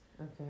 Okay